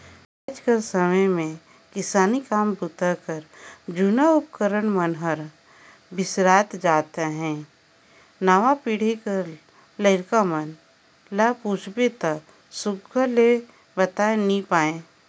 आएज कर समे मे किसानी काम बूता कर जूना उपकरन मन हर बिसरत जात अहे नावा पीढ़ी कर लरिका मन ल पूछबे ता सुग्घर ले बताए नी पाए